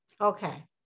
Okay